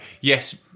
yes